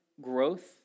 growth